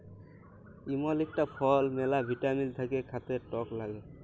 ইমল ইকটা ফল ম্যালা ভিটামিল থাক্যে খাতে টক লাগ্যে